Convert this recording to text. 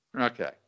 Okay